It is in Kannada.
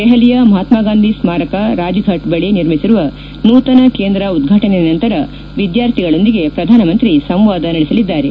ದೆಹಲಿಯ ಮಹಾತ್ಸಗಾಂಧಿ ಸ್ಗಾರಕ ರಾಜ್ಫಾಟ್ ಬಳಿ ನಿರ್ಮಿಸಿರುವ ನೂತನ ಕೇಂದ್ರ ಉದ್ವಾಟನೆ ನಂತರ ವಿದ್ಯಾರ್ಥಿಗಳೊಂದಿಗೆ ಪ್ರಧಾನಮಂತ್ರಿ ಸಂವಾದ ನಡೆಸಲಿದ್ದಾರೆ